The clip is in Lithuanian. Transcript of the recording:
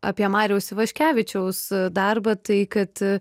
apie mariaus ivaškevičiaus darbą tai kad